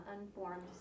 unformed